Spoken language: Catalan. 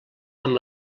amb